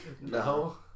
No